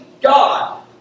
God